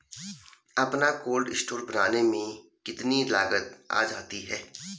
अपना cold store बनाने में कितनी लागत आ जाती है?